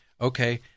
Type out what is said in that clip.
okay